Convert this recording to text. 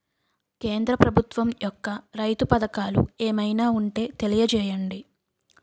కేంద్ర ప్రభుత్వం యెక్క రైతు పథకాలు ఏమైనా ఉంటే తెలియజేయండి?